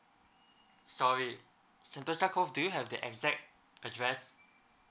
sorry sentosa cove do you have the exact address